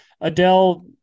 Adele